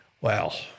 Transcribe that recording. Well